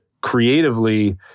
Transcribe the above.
creatively